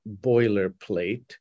boilerplate